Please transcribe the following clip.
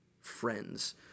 friends